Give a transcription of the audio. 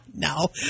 No